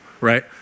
right